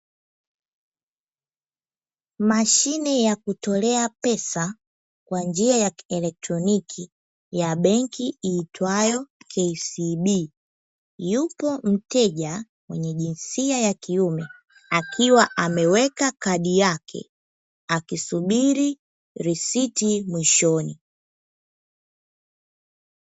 Mashine ya kutolea pesa kwa njia kielektroniki ya benki iitwayo "KCB", yupo mteja mwenye jinsia ya kiume akiwa ameweka kadi yake. Akisubiri risiti mwishoni.